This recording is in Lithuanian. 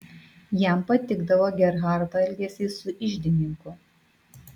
jam patikdavo gerhardo elgesys su iždininku